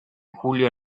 julio